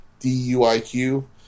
D-U-I-Q